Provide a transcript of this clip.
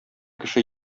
кеше